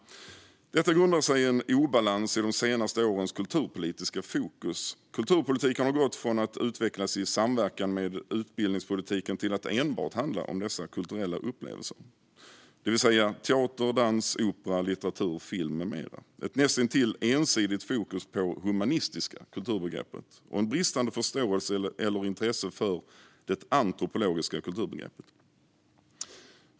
Detta grundar sig i en obalans i de senaste årens kulturpolitiska fokus. Kulturpolitiken har gått från att utvecklas i samverkan med utbildningspolitiken till att enbart handla om dessa kulturella upplevelser, det vill säga teater, dans, opera, litteratur, film med mera. Det har varit ett näst intill ensidigt fokus på det humanistiska kulturbegreppet och en bristande förståelse eller intresse för det antropologiska kulturbegreppet.